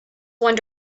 one